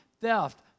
theft